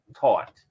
taught